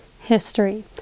history